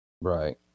Right